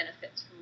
benefits